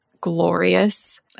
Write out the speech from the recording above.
glorious